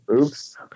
Oops